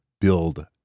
build